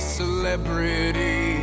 celebrity